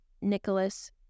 Nicholas